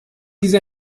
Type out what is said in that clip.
diese